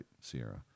Sierra